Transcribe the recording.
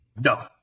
No